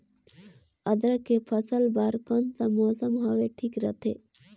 अदरक के फसल बार कोन सा मौसम हवे ठीक रथे?